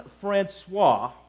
Francois